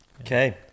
Okay